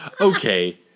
Okay